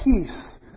peace